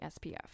SPF